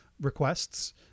requests